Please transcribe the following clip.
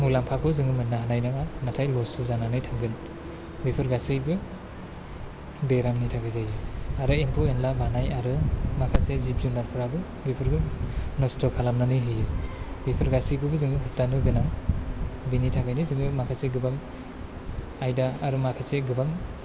मुलाम्फाखौ जोङो मोन्नो हानाय नङा नाथाय लससो जानानै थागोन बेफोर गासैबो बेरामनि थाखाय जायो आरो एम्बु एनला बानाय आरो माखासे जिब जुनाराबो बेफोरखौ नस्थ' खालामनानै होयो बेफोर गासैखौबो जोङो होबथानो गोनां बेनि थाखायनो जोङो माखासे गोबां आयदा आरो माखासे गोबां